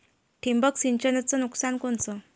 ठिबक सिंचनचं नुकसान कोनचं?